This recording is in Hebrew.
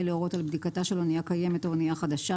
להורות על בדיקתה של אנייה קיימת או אנייה חדשה,